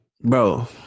Bro